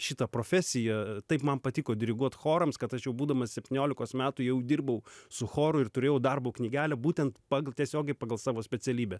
šitą profesiją taip man patiko diriguot chorams kad aš jau būdamas septyniolikos metų jau dirbau su choru ir turėjau darbo knygelę būtent pagal tiesiogiai pagal savo specialybę